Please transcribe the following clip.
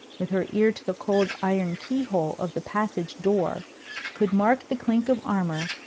with her ear to the cold iron key-hole of the passage-door, could mark the clink of armour,